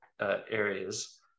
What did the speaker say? areas